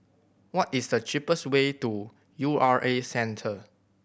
what is the cheapest way to U R A Centre